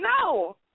No